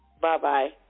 Bye-bye